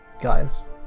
Guys